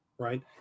Right